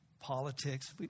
politics